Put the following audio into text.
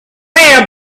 bell